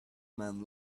man